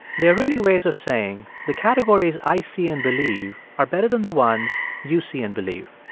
they are really ways of saying, the categories i see and believe are better than the ones you see and believe.